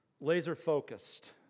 Laser-focused